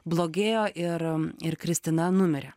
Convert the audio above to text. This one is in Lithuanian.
blogėjo ir ir kristina numirė